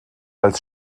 als